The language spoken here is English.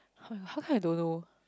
[oh]-my-god how come I don't know